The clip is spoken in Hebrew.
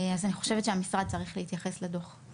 אז אני חושבת שהמשרד צריך להתייחס לדוח.